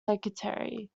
secretary